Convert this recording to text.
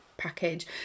package